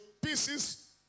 pieces